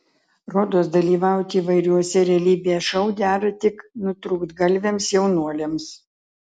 rodos dalyvauti įvairiuose realybės šou dera tik nutrūktgalviams jaunuoliams